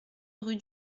rue